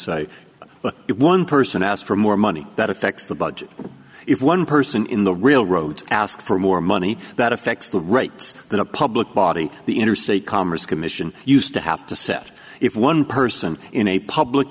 that one person asked for more money that affects the budget if one person in the railroad ask for more money that affects the rights that a public body the interstate commerce commission used to have to set if one person in a public